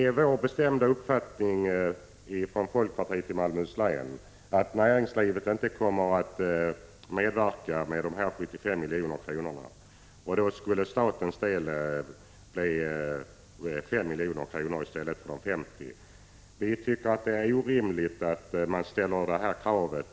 Det är vår bestämda uppfattning i folkpartiet i Malmöhus län att näringslivet inte kommer att medverka med dessa 75 miljoner, och då blir statens del 5 miljoner i stället för 50. Det är orimligt att regeringen ställer detta krav.